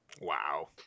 Wow